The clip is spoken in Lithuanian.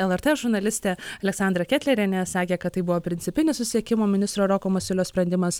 lrt žurnalistė aleksandra ketlerienė sakė kad tai buvo principinis susisiekimo ministro roko masiulio sprendimas